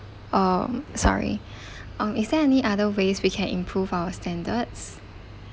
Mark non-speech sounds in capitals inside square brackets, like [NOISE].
um sorry [BREATH] um is there any other ways we can improve our standards